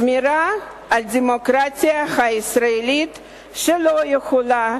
שמירה על הדמוקרטיה הישראלית שלא יכולה